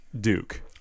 Duke